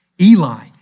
Eli